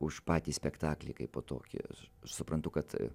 už patį spektaklį kaipo tokį suprantu kad